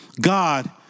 God